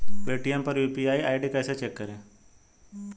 Paytm पर UPI ID कैसे check करें?